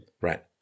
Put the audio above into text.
Right